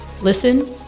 Listen